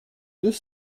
deux